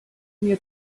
mir